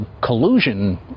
collusion